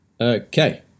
Okay